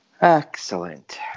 Excellent